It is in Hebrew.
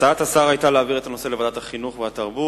הצעת השר היתה להעביר את הנושא לוועדת החינוך והתרבות.